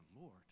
Lord